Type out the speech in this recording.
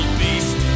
beast